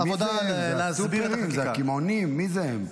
מי זה הם, מי זה הם?